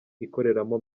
ikoreramo